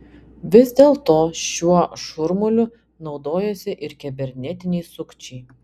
vis dėlto šiuo šurmuliu naudojasi ir kibernetiniai sukčiai